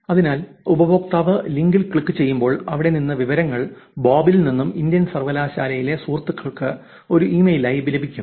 അതിനാൽ ഉപയോക്താവ് ലിങ്കിൽ ക്ലിക്കുചെയ്യുമ്പോൾ അവിടെ നിന്ന് വിവരങ്ങൾ ബോബിൽ നിന്ന് ഇന്ത്യൻ സർവകലാശാലയിലെ സുഹൃത്തുക്കൾക്ക് ഒരു ഇമെയിലായി ലഭിക്കും